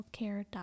healthcare.gov